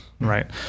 Right